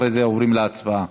אחרי זה עוברים להצבעה.